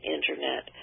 Internet